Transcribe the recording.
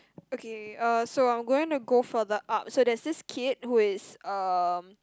okay uh so I'm going to go further up so there's this kid who is um